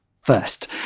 first